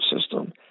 system